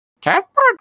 Catbird